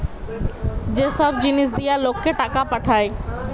যে সব জিনিস দিয়া লোককে টাকা পাঠায়